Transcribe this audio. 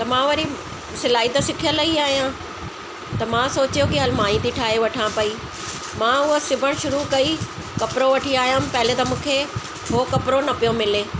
त मां वरी सिलाई त सिखियल ई आहियां त मां सोचियो की हल मां ई थी ठाहे वठा पई मां उहा सिबण शुरू कयईं कपिड़ो वठी आयमि पहले त मूंखे उहो कपिड़ो न पियो मिले